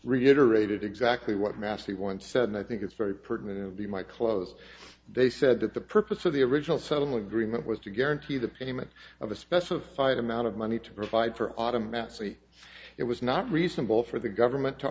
reiterated exactly what massey one said and i think it's very pertinent of the my clothes they said that the purpose of the original settlement agreement was to guarantee the payment of a specified amount of money to provide for automat c it was not reasonable for the government to